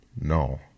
No